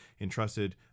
entrusted